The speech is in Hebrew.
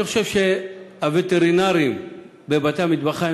אני חושב שהווטרינרים בבתי-המטבחיים